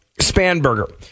Spanberger